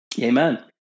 Amen